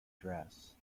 dress